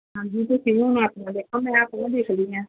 ਹਾਂਜੀ ਤੁਸੀਂ ਵੀ ਹੁਣ ਆਪਣਾ ਦੇਖੋ ਮੈਂ ਆਪਣਾ ਦੇਖਦੀ ਹਾਂ